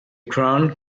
crown